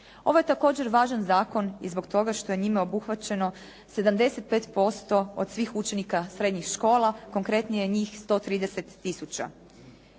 Ovo je također važan zakon i zbog toga što je njime obuhvaćeno 75% od svih učenika srednjih škola, konkretnije njih 130000.